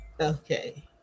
Okay